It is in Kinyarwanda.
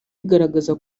igaragaza